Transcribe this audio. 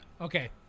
Okay